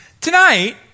Tonight